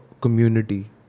community